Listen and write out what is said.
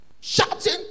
shouting